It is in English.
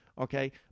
Okay